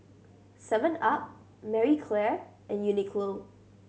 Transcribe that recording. seven up Marie Claire and Uniqlo